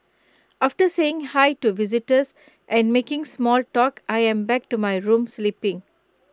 after saying hi to visitors and making small talk I'm back to my room sleeping